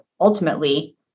ultimately